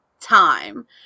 time